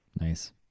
Nice